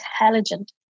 intelligent